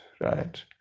right